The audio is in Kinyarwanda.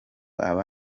aba